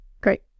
Great